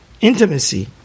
Intimacy